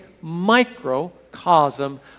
microcosm